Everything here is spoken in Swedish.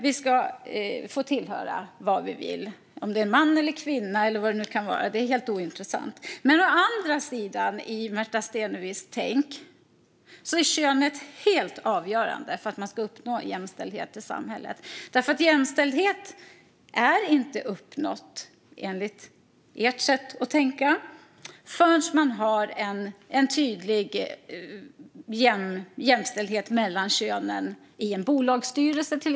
Vi ska få tillhöra vad vi vill - om det är man eller kvinna eller vad det nu kan vara är helt ointressant. Men å andra sidan är könet helt avgörande för att uppnå jämställdhet i samhället, för jämställhet är enligt Miljöpartiets sätt att tänka inte uppnådd förrän man har en tydlig jämställdhet mellan könen till exempel i en bolagsstyrelse.